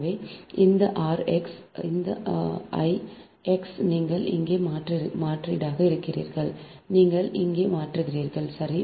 எனவே இந்த I x இந்த I x நீங்கள் இங்கே மாற்றீடாக இருக்கிறீர்கள் நீங்கள் இங்கே மாற்றுகிறீர்கள் சரி